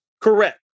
Correct